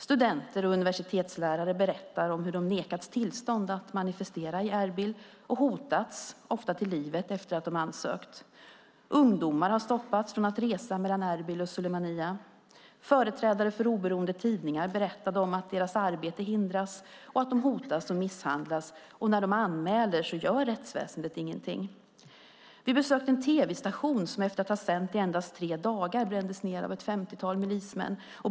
Studenter och universitetslärare berättade om hur de nekats tillstånd att manifestera i Erbil och hotats, ibland till livet, efter att de ansökt. Ungdomar har stoppats från att resa mellan Erbil och Sulaymaniyah. Företrädare för oberoende tidningar berättade om att deras arbete hindras och att de hotas och misshandlas. När de anmäler gör rättsväsendet ingenting. Vi besökte en tv-station som efter att ha sänt i endast tre dagar brändes ned av ett femtiotal milismän.